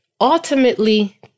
ultimately